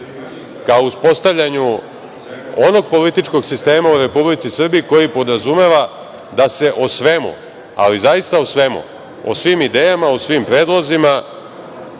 ka uspostavljanju onog političkog sistema u Republici Srbiji koji podrazumeva da se o svemu, ali zaista o svemu, o svim idejama, o svim predlozima,